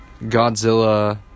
Godzilla